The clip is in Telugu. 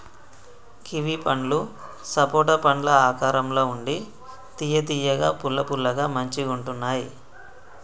కివి పండ్లు సపోటా పండ్ల ఆకారం ల ఉండి తియ్య తియ్యగా పుల్ల పుల్లగా మంచిగుంటున్నాయ్